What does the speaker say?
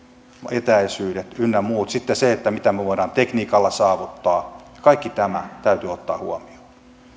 etäisyydet ynnä muut sitten se mitä me voimme tekniikalla saavuttaa kaikki tämä täytyy ottaa huomioon